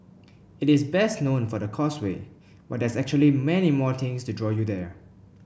it is best known for the Causeway but there's actually many more things to draw you there